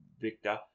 victor